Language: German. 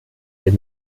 den